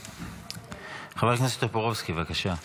חבר הכנסת טופורובסקי, בבקשה.